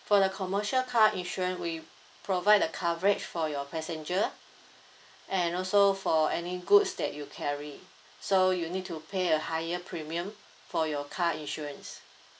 for the commercial car insurance we provide the coverage for your passenger and also for any goods that you carry so you need to pay a higher premium for your car insurance